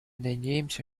надеемся